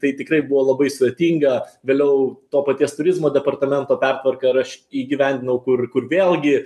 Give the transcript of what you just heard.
tai tikrai buvo labai sudėtinga vėliau to paties turizmo departamento pertvarką ir aš įgyvendinau kur kur vėlgi